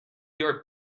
your